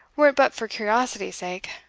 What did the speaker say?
were it but for curiosity's sake.